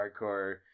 hardcore